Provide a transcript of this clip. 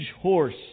horse